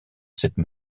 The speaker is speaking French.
cette